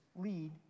lead